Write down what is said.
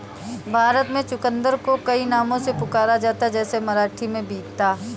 भारत में चुकंदर को कई नामों से पुकारा जाता है जैसे मराठी में बीता